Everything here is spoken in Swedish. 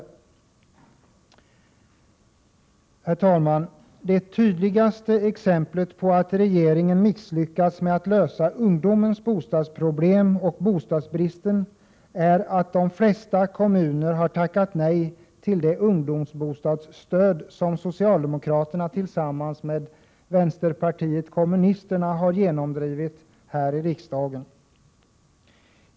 Herr talman! Det tydligaste exemplet på att regeringen misslyckats med att lösa ungdomens bostadsproblem och bostadsbristen är att de flesta kommuner har tackat nej till det ungdomsbostadsstöd som socialdemokraterna tillsammans med vpk har genomdrivit här i riksdagen.